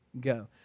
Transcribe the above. Go